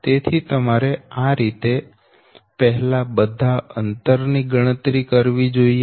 તેથી તમારે આ રીતે પહેલા બધા અંતરની ગણતરી કરવી જોઇએ